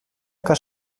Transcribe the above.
que